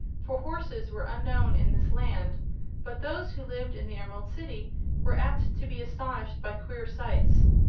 for horses were unknown in this land but those who lived in the emerald city were apt to be astonished by queer sights,